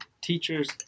teachers